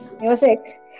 music